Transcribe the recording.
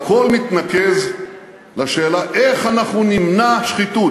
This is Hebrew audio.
הכול מתנקז לשאלה, איך אנחנו נמנע שחיתות?